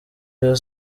rayon